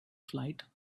flight